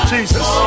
Jesus